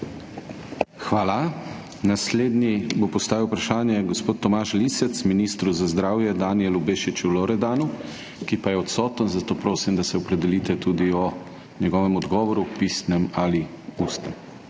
Hvala. Naslednji bo postavil vprašanje gospod Tomaž Lisec ministru za zdravje Danijelu Bešiču Loredanu, ki pa je odsoten, zato prosim, da se opredelite tudi o njegovem odgovoru, pisnem ali ustnem.